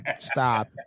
stop